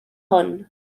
hwn